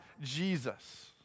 Jesus